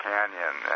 Canyon